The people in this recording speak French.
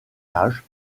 âge